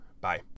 Bye